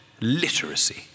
literacy